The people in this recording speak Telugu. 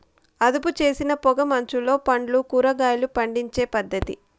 అదుపుచేసిన పొగ మంచులో పండ్లు, కూరగాయలు పండించే పద్ధతి